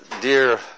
Dear